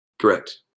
Correct